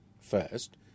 First